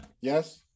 Yes